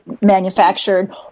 manufactured